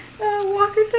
Walker